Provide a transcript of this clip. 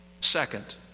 Second